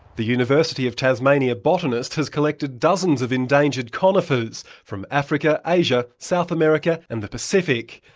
the university of tasmania botanist has collected dozens of endangered conifers from africa, asia, south america and the pacific.